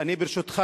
ברשותך,